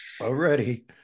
Already